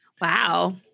Wow